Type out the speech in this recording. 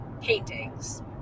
paintings